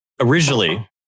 originally